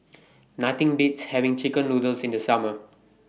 Nothing Beats having Chicken Noodles in The Summer